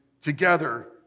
together